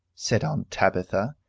said aunt tabitha.